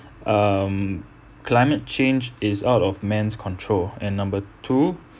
um climate change is out of man's control and number two